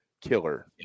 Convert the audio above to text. killer